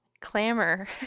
clamor